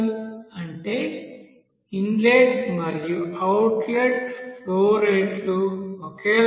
అంటే ఇన్లెట్ మరియు outlet flow రేట్లు ఒకేలా ఉంటే